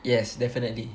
yes definitely